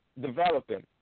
developing